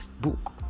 book